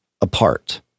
apart